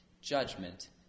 judgment